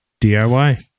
DIY